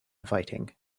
inviting